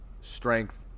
strength